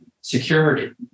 Security